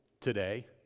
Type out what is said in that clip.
today